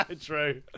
true